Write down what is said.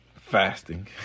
fasting